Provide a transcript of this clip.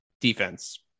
defense